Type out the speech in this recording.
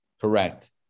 Correct